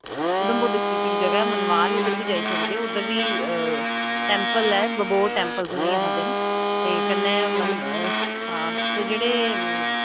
Udhampur district च इक ज'गा ऐ मनवाल उद्धर बी जाई सकदे ओ उद्धर बी टैम्पल ऐ बगोड़ टैम्पल्स उ'नें गी आखदे न ते कन्नै ते जेह्ड़े